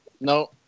No